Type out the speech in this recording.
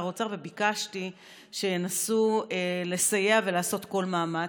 האוצר וביקשתי שינסו לסייע ולעשות כל מאמץ.